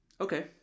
Okay